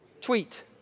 Tweet